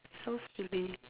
so silly